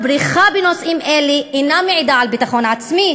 הבריחה בנושאים אלה אינה מעידה על ביטחון עצמי,